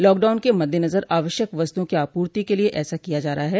lockdown के मद्देनजर आवश्यक वस्तुओं की आपूर्ति के लिए ऐसा किया जा रहा है